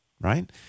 right